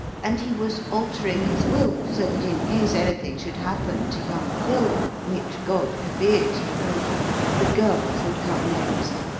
and he was altering his will so that in case anything should happen to young phil which god forbid he wrote the girls would come next,